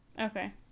Okay